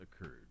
occurred